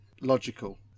logical